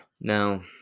Now